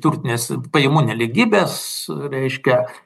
turtinės pajamų nelygybės reiškia